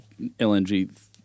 LNG